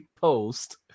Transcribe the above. post